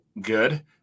good